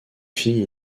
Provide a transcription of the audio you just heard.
fille